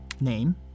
Name